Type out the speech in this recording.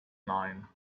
nine